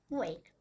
wait